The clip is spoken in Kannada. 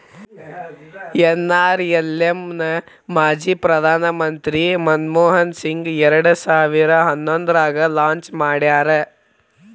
ಎನ್.ಆರ್.ಎಲ್.ಎಂ ನ ಮಾಜಿ ಪ್ರಧಾನ್ ಮಂತ್ರಿ ಮನಮೋಹನ್ ಸಿಂಗ್ ಎರಡ್ ಸಾವಿರ ಹನ್ನೊಂದ್ರಾಗ ಲಾಂಚ್ ಮಾಡ್ಯಾರ